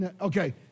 Okay